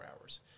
hours